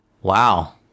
Wow